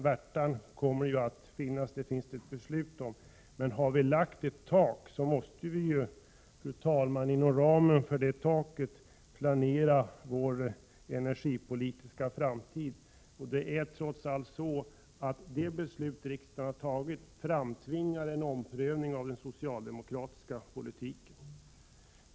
Värtan kommer ju att finnas kvar, det finns det ett beslut om, men har vi lagt ett tak, måste vi ju, fru talman, inom ramen för detta tak planera vår energipolitiska framtid. Det är trots allt så, att det beslut som riksdagen har fattat framtvingar en omprövning av den socialdemokratiska politiken.